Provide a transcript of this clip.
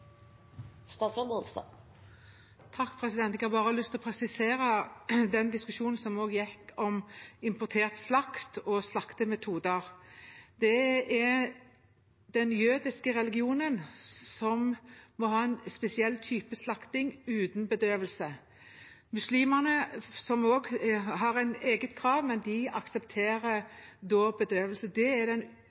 Jeg har bare lyst til å presisere om den diskusjonen som gikk om importert slakt og slaktemetoder, at det er den jødiske religionen som må ha en spesiell type slakting uten bedøvelse. Muslimene har også et eget krav, men de aksepterer bedøvelse. Det er den